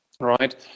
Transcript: right